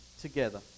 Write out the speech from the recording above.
together